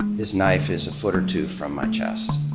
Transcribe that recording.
his knife is a foot or two from my chest.